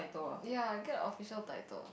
ya you get official title